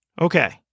Okay